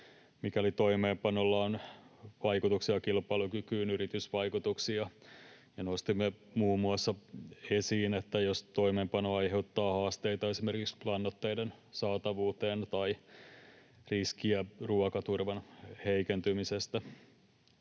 mikäli toimeenpanolla on vaikutuksia kilpailukykyyn, yritysvaikutuksia, ja nostimme esiin muun muassa sen, jos toimeenpano aiheuttaa haasteita esimerkiksi lannoitteiden saatavuuteen tai riskiä ruokaturvan heikentymisestä.